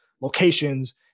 locations